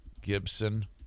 Gibson